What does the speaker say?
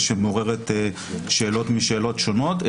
ושהיא מעוררת שאלות משאלות שונות,